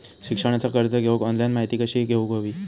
शिक्षणाचा कर्ज घेऊक ऑनलाइन माहिती कशी घेऊक हवी?